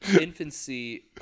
infancy